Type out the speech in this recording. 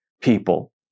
people